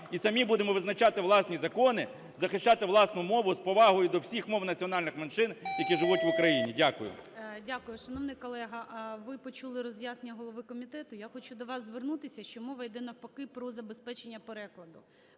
І самі будемо визначати власні закони, захищати власну мову з повагою до всіх мов національних меншин, які живуть в Україні. Дякую. ГОЛОВУЮЧИЙ. Дякую. Шановний колега, ви почули роз'яснення голови комітету. Я хочу до вас звернутися, що мова йде навпаки про забезпечення перекладу.